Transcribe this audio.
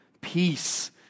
peace